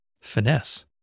finesse